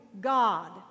God